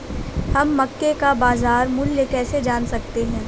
हम मक्के का बाजार मूल्य कैसे जान सकते हैं?